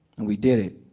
and we did it.